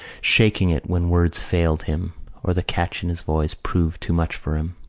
shaking it when words failed him or the catch in his voice proved too much for him.